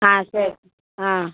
ஆ சரி ஆ